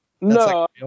No